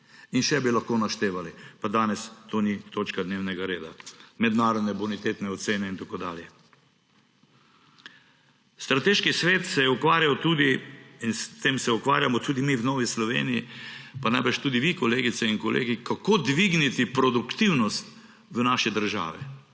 In še bi lahko naštevali, pa danes to ni točka dnevnega reda, mednarodne bonitetne ocene in tako dalje. Strateški svet se je ukvarjal tudi – in s tem se ukvarjamo tudi mi v Novi Sloveniji pa najbrž tudi vi, kolegice in kolegi –, kako dvigniti produktivnost v naši državi.